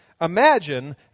imagine